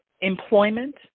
employment